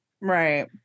Right